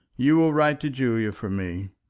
you will write to julia for me.